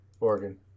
Oregon